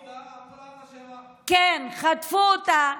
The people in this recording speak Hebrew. חטפו אותה, כן, חטפו אותה.